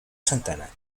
santana